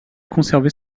conservé